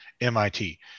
MIT